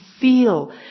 feel